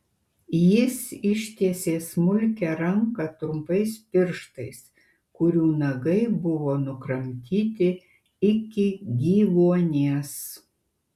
jis ištiesė smulkią ranką trumpais pirštais kurių nagai buvo nukramtyti iki gyvuonies